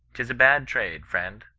tis a bad trade, friend.